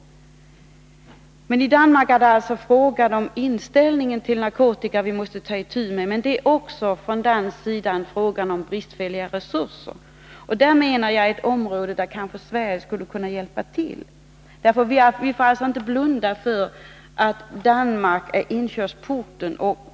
När det gäller Danmark är det alltså inställningen till narkotika som vi måste ta itu med. Det är också från dansk sida fråga om bristfälliga resurser. Det är ett område där kanske Sverige skulle kunna hjälpa till. Vi får inte blunda för att Danmark är inkörsporten.